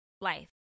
life